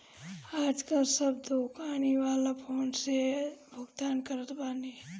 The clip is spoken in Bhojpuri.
आजकाल सब दोकानी वाला फ़ोन पे से भुगतान करत बाने